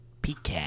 Peacock